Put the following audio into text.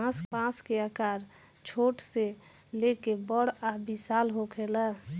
बांस के आकर छोट से लेके बड़ आ विशाल होखेला